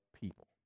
people